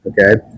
okay